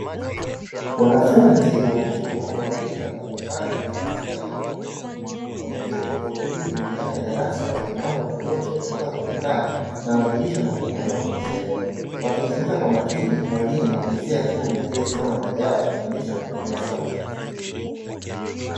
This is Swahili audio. Wanafunzi wa chuo wa rika mbalimbali na jinsia tofauti, wameketi kwa utulivu ndani ya darasa lenye mwanga wa kutosha kutoka kwenye taa, na madirisha makubwa yanayopitisha hewa, walimsikiliza kwa makini mwalimu wa jinsia ya kiume aliyesimama mbele yao akifundisha kwa kutumia sauti.